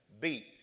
beat